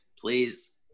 Please